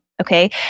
Okay